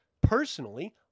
personally